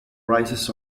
rises